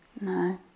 no